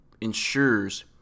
ensures